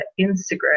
Instagram